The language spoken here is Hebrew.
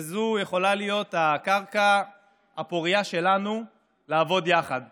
וזו יכולה להיות הקרקע הפורייה שלנו לעבוד יחד בוועדות,